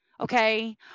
okay